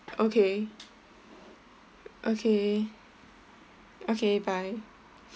okay okay okay bye